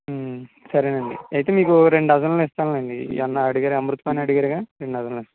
సరేనండి అయితే మీకు రెండు డజన్లు ఇస్తాం లెండి ఇవ్వమని అడిగారు అమృతపాణి అడిగారుగా రెండు డజన్లు